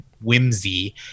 whimsy